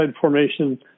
Formation